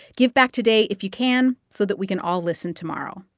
give back today if you can so that we can all listen tomorrow.